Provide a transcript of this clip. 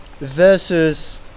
versus